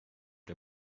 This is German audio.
der